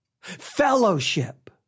Fellowship